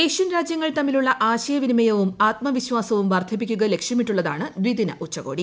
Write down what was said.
Asian രാജ്യങ്ങൾ തമ്മിലുള്ള ആശയവിനിമയവും ആത്മവിശ്വാസവും വർദ്ധിപ്പിക്കുക ലക്ഷ്യമിട്ടുള്ളതാണ് ദിദിന ഉച്ചകോടി